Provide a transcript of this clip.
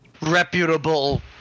reputable